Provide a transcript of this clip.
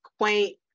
quaint